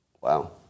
Wow